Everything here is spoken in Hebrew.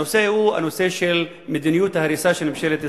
הנושא הוא: מדיניות ההריסה של ממשלת ישראל.